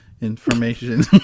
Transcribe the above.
information